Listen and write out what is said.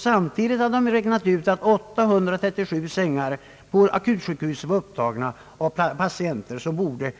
Samtidigt hade man räknat ut att 837 sängar på akutsjukhusen var upptagna av patienter som borde